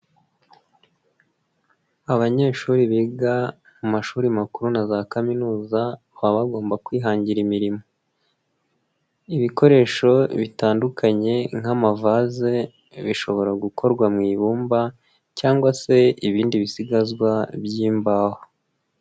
Abanyeshuri biga mu mashuri makuru na za kaminuza baba bagomba kwihangira imirimo, ibikoresho bitandukanye nk'amavaze bishobora gukorwa mu ibumba cyangwa se ibindi bisigazwa by'imbaho.